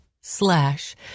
slash